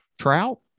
Trout